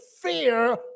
fear